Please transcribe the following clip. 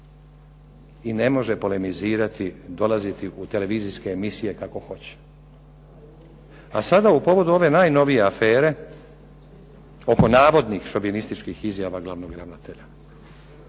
i ne može polemizirati, dolaziti u televizijske emisije kako hoće. A sada u povodu ove najnovije afere, oko navodnih šovinističkih izjava glavnog ravnatelja,